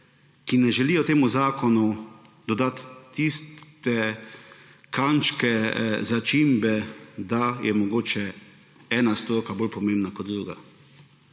ki ne želijo temu zakonu dodati tiste kančke začimbe, da je mogoče ena stroka bolj pomembna kot druga.